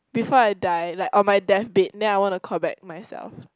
before I die like on my deathbed then I want to call back myself